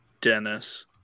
Dennis